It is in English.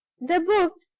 the books,